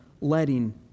letting